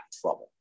trouble